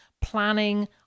planning